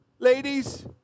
Ladies